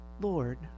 Lord